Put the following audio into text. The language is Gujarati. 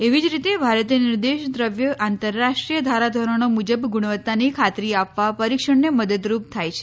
એવી જ રીતે ભારતીય નિર્દેશ દ્રવ્ય આંતરરાષ્ટ્રીય ધારાધોરણો મુજબ ગુણવત્તાની ખાતરી આપવા પરિક્ષણને મદદરૂપ થાય છે